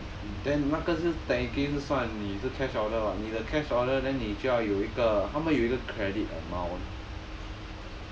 err then 那个是 technically 是算你是 cash order 你的 cash order then 你就要有一个他们有一个 credit amount